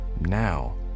now